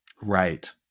Right